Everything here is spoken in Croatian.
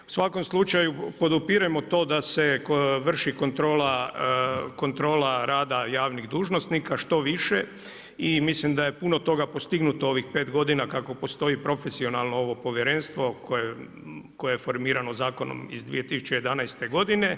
U svakom slučaju podupiremo to da se vrši kontrola rada javnih dužnosnika što više i mislim da je puno toga postignuto ovih 5 godina kako postoji profesionalno ovo povjerenstvo koje je formirano zakonom iz 2011. godine.